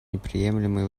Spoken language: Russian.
неприемлемой